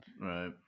Right